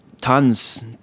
tons